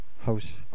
house